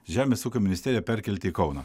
žemės ūkio ministeriją perkelti į kauną